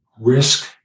risk